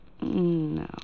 No